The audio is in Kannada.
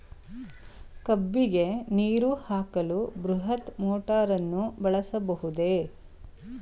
ಕಬ್ಬಿಗೆ ನೀರು ಹಾಕಲು ಬೃಹತ್ ಮೋಟಾರನ್ನು ಬಳಸಬಹುದೇ?